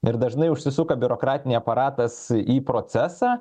ir dažnai užsisuka biurokratinė aparatas į procesą